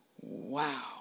Wow